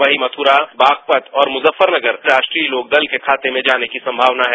वहीं मथुरा बागपत और मुजफ्फरनगर राष्ट्रीय लोकदल के खाते में जाने की संभावना है